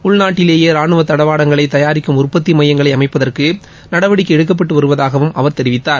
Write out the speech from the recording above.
உள்நாட்டிலேயே ரானுவ தளவாடங்களை தயாரிக்கும் உற்பத்தி மையங்களை அமைப்பதற்கு நடவடிக்கை எடுக்கப்பட்டு வருவதாகவும் அவர் கூறினார்